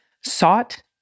sought